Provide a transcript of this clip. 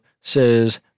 says